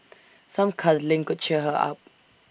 some cuddling could cheer her up